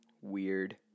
weird